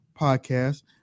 podcast